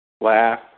laugh